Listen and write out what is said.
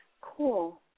Cool